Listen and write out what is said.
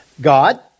God